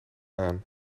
aan